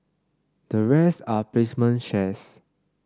the rest are placement shares